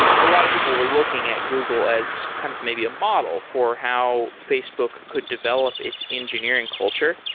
a lot of people were looking at google as kind of maybe a model for how facebook could develop its engineer ing culture.